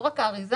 לא רק האריזה,